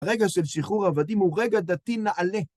רגע של שחרור עבדים, הוא רגע דתי נעלה.